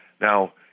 Now